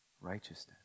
Righteousness